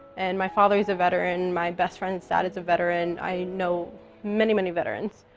and my father's a veteran, my best friend's dad is a veteran. i know many, many veterans.